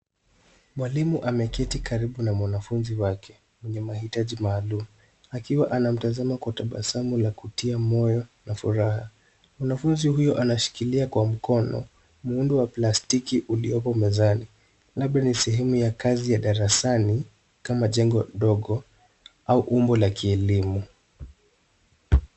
Mwalimu ameketi karibu na mwanafunzi wake, mwenye mahitaji maalum. Akiwa anamtazama kwa tababasamu la kutia moyo na furaha. Mwanafunzi huyo anashikilia kwa mkono, muundu wa plastiki uliopo mezani. Labda ni sehemu ya kazi ya darasani kama jengo dogo au umbo la kielimu.